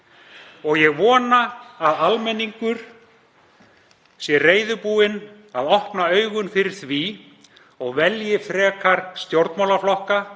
Ég vona að almenningur sé reiðubúinn að opna augun fyrir því og velji frekar stjórnmálaflokka